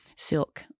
Silk